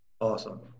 Awesome